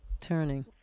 turning